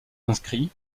inscrits